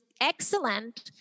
excellent